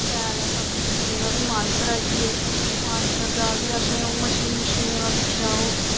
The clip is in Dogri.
शैल ऐ सब दिक्खने जगह् फिर मानसर आई गे ते फिर मानसर दा बी असें मच्छलियें मुछलियें दा दिक्खेआ ओह्